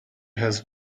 has